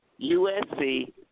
USC